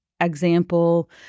example